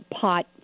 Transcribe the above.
pot